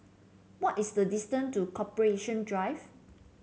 what is the distant to Corporation Drive